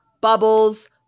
Bubbles